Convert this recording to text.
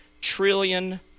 trillion